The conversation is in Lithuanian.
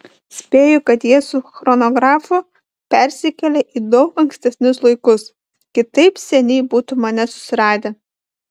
spėju kad jie su chronografu persikėlė į daug ankstesnius laikus kitaip seniai būtų mane susiradę